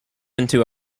into